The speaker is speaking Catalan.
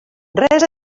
res